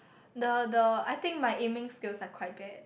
the the I think my aiming skills are quite bad